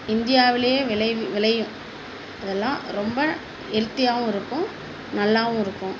இந்தியாவிலே விளை விளையும் அதெல்லாம் ரொம்ப ஹெல்த்தியாவும் இருக்கும் நல்லாவும் இருக்கும்